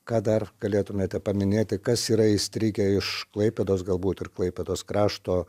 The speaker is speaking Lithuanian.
ką dar galėtumėte paminėti kas yra įstrigę iš klaipėdos galbūt ir klaipėdos krašto